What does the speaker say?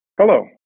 Hello